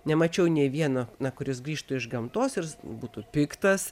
nemačiau nė vieno na kuris grįžtų iš gamtos ir jis būtų piktas